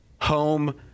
home